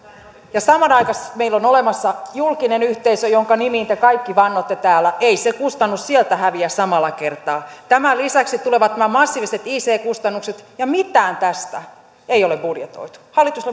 ja samanaikaisesti meillä on olemassa julkinen yhteisö jonka nimiin te kaikki vannotte täällä ei se kustannus sieltä häviä samalla kertaa tämän lisäksi tulevat nämä massiiviset ic kustannukset ja mitään tästä ei ole budjetoitu hallitus